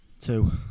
Two